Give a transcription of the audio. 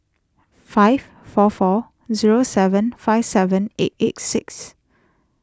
five four four zero seven five seven eight eight six